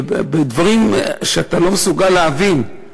דברים שאתה לא מסוגל להבין?